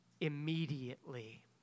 immediately